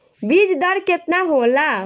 बीज दर केतना होला?